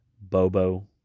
Bobo